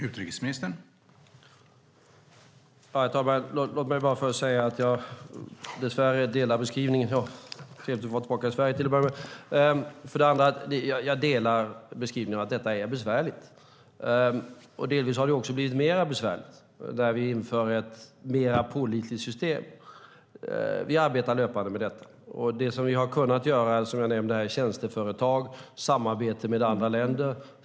Herr talman! Låt mig först säga att jag dess värre delar synen i beskrivningen. Och tack - det är trevligt att vara tillbaka i Sverige! Jag delar alltså synen att detta är besvärligt. Delvis har det också blivit mer besvärligt när vi inför ett mer pålitligt system. Vi arbetar löpande med detta. Det vi har kunnat göra och som jag nämnde här handlar om tjänsteföretag och samarbete med andra länder.